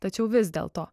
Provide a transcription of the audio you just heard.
tačiau vis dėlto